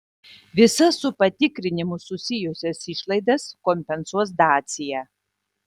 visas su patikrinimu susijusias išlaidas kompensuos dacia